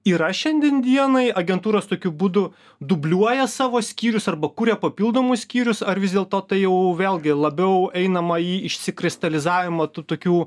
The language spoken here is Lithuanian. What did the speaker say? yra šiandien dienai agentūros tokiu būdu dubliuoja savo skyrius arba kuria papildomus skyrius ar vis dėlto tai jau vėlgi labiau einamąjį išsikristalizavimą tų tokių